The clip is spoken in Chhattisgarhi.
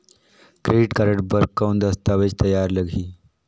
क्रेडिट कारड बर कौन दस्तावेज तैयार लगही?